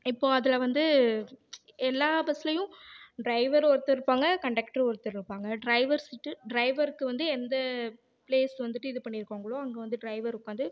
இப்போது அதில் வந்து எல்லாம் பஸ்லேயும் டிரைவர் ஒருத்தர் இருப்பாங்க கண்டக்டர் ஒருத்தர் இருப்பாங்க டிரைவர் சீட்டு டிரைவருக்கு வந்து எந்த பிலேஸ் வந்துட்டு இது பண்ணியிருக்காங்களோ அங்கே வந்து டிரைவர் உட்காந்து